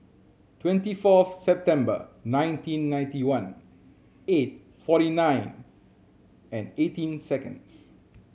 twenty fourth September nineteen ninety one eight forty nine and eighteen seconds